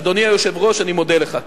אדוני היושב-ראש, אני מודה לך.